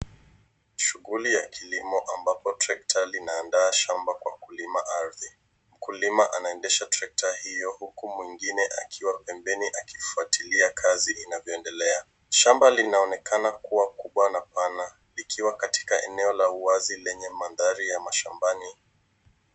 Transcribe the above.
Shughuli ya kilimo ambapo trekta linaanda shamba kwa kulima aridhini, mkulima anaendesha trekta hio huku mwingine akiwa pembeni akifwatilia kazi inavyoendelea, shamba linaonekana kuwa kubwa na pana likiwa katika eneo uwazi lenye maandhari ya mashambani.